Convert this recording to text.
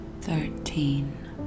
thirteen